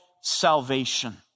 salvation